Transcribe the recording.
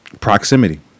Proximity